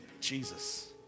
Jesus